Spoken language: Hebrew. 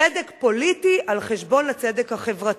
צדק פוליטי על חשבון הצדק החברתי.